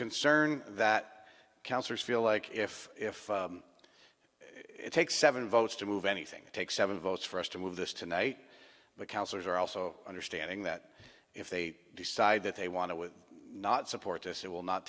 concern that cancers feel like if if it takes seven votes to move anything take seven votes for us to move this tonight but counselors are also understanding that if they decide that they want to with not support this it will not